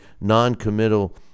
non-committal